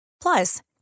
Plus